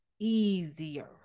easier